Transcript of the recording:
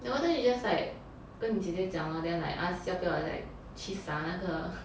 then why don't you just like 跟你姐姐讲 then like ask 要不要 like 去撒那个